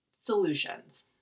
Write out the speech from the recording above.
Solutions